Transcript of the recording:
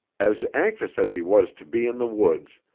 as anxious as he was to be in the woods,